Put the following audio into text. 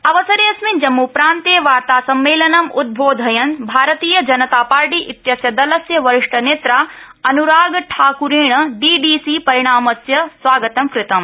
अवसरेऽस्मिन् जम्मू प्रान्ते वार्ता सम्मेलनं उदबबोधयन् भारतीय जनता पार्टी इत्यस्य दलस्य वरिष्ठ नेत्रा अन्राग ठाक्रेण डीडीसी परिणामस्य स्वागतं कृतम्